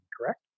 correct